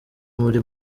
muri